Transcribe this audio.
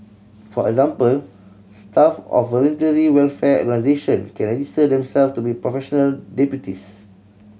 for example staff of voluntary welfare organisation can register themselves to be professional deputies